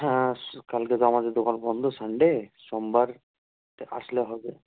হ্যাঁ কালকে তো আমাদের দোকান বন্ধ সানডে সোমবারেতে আসলে হবে